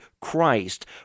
Christ